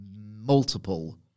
multiple